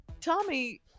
Tommy